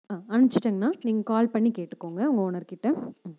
ஆ அனுப்ச்சிடேங்கணா நீங்கள் கால் பண்ணி கேட்டுக்கங்க உங்கள் ஓனர் கிட்டே ம்